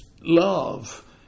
love